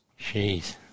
Jeez